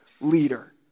leader